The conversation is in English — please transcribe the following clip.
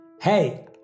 Hey